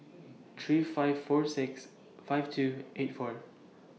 three five four six five two eight four